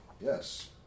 Yes